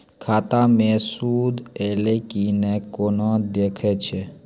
खाता मे सूद एलय की ने कोना देखय छै?